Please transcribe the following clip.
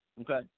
Okay